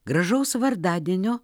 gražaus vardadienio